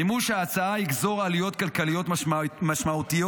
מימוש ההצעה יגזור עלויות כלכליות משמעותיות,